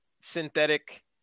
synthetic